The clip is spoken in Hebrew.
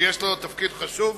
ויש לו תפקיד חשוב,